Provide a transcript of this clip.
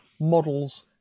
models